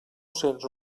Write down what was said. cents